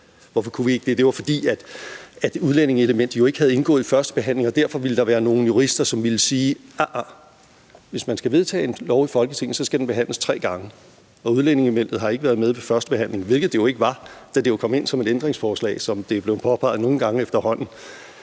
Hvorfor kunne vi ikke det? Det var, fordi udlændingelementet jo ikke havde indgået i førstebehandlingen, og derfor ville der være nogle jurister, som ville sige: Ahr, ahr, hvis man skal vedtage en lov i Folketinget, skal den behandles tre gange, og udlændingelementet har ikke været med ved førstebehandlingen, hvilket det ikke var, fordi det jo kom ind som et ændringsforslag, som det er blevet påpeget nogle gange efterhånden.